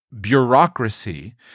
bureaucracy